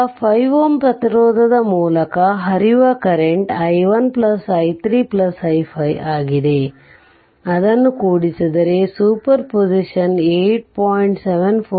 ಈಗ 5 Ω ಪ್ರತಿರೋಧದ ಮೂಲಕ ಹರಿಯುವ ಕರೆಂಟ್ i1i3i5 ಆಗಿದೆ ಅದ್ದನ್ನು ಕೂಡಿಸಿದರೆ ಸೂಪರ್ ಪೊಸಿಷನ್ 8